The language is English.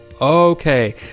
okay